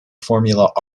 formula